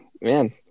man